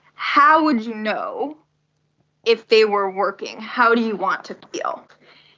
how would you know if they were working? how do you want to feel?